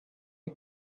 you